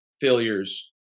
failures